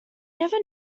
never